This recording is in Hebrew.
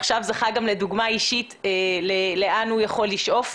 ועכשיו זכה גם לדוגמה אישית לאן הוא יכול לשאוף.